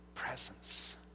presence